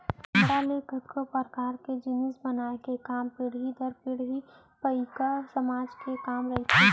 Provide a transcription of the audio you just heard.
चमड़ा ले कतको परकार के जिनिस बनाए के काम पीढ़ी दर पीढ़ी पईकहा समाज के काम रहिथे